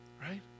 Right